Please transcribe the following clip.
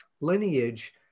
lineage